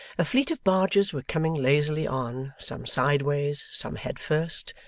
a fleet of barges were coming lazily on, some sideways, some head first,